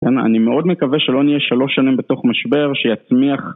כן, אני מאוד מקווה שלא נהיה שלוש שנים בתוך משבר, שיצמיח...